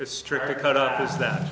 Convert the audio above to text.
it strictly cut out is that